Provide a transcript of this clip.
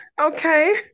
Okay